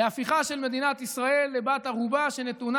להפיכה של מדינת ישראל לבת-ערובה שנתונה